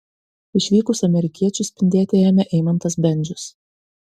išvykus amerikiečiui spindėti ėmė eimantas bendžius